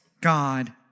God